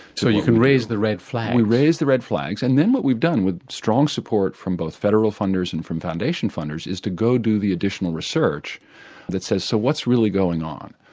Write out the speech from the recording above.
so you can raise the red flag? we raise the red flags and then what we've done with strong support from both federal funders and from foundation funders is to go do the additional research that says so what's really going on.